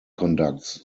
conducts